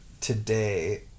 today